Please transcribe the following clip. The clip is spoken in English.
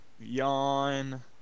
Yawn